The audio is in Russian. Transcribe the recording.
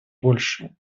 большее